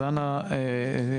אז אנא תבררי,